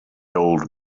old